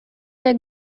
der